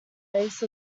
base